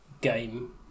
game